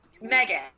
Megan